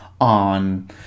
on